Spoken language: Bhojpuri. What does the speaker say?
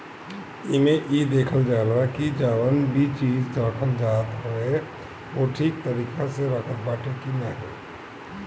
एमे इ देखल जाला की जवन भी चीज रखल जात हवे उ ठीक तरीका से रखात बाटे की नाही